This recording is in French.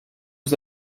aux